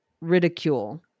ridicule